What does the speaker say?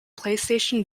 playstation